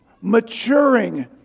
maturing